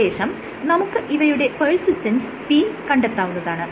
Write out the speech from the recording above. ശേഷം നമുക്ക് ഇവയുടെ പെർസിസ്റ്റൻസ് P കണ്ടെത്താവുന്നതാണ്